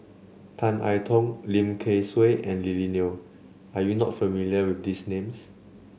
Tan I Tong Lim Kay Siu and Lily Neo are you not familiar with these names